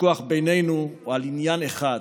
הוויכוח בינינו הוא על עניין אחד,